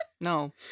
no